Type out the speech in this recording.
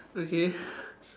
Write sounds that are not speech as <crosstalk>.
okay <breath>